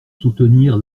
soutenir